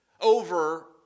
over